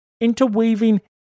Interweaving